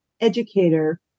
educator